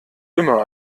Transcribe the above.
immer